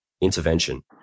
Intervention